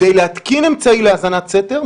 כדי להתקין אמצעי להאזנת סתר,